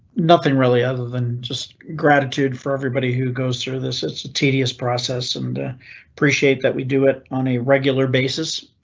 nothing really other than just gratitude for everybody who goes through this. it's a tedious process and appreciate that we do it on a regular basis.